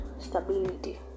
stability